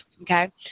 Okay